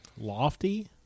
lofty